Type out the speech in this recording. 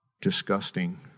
disgusting